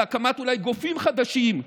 אולי בהקמת גופים חדשים,